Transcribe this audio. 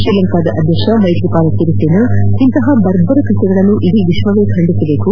ಶ್ರೀಲಂಕಾದ ಅಧ್ವಕ್ಷ ಮೈತ್ರಿಪಾಲ ಸಿರಿಸೇನಾ ಇಂಥ ಬರ್ಭರ ಕೃತ್ಯಗಳನ್ನು ಇಡೀ ವಿಶ್ವವೇ ಖಂಡಿಸಬೇಕು